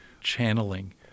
channeling